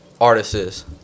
artists